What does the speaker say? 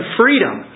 freedom